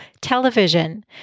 television